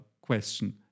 question